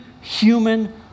human